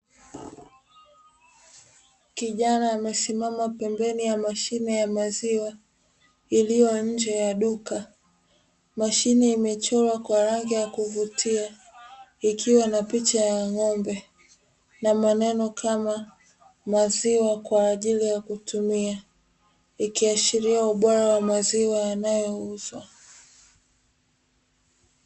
Kijana amesimama pembeni ya mashine ya maziwa iliyo nje ya duka. Mashine imechorwa kwa rangi ya kuvutia ikiwa na picha ya ng'ombe na maneno kama maziwa kwa ajili ya kutumia. Ikiashiria ubora wa maziwa yanayouzwa.